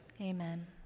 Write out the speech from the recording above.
Amen